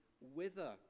wither